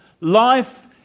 life